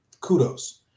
kudos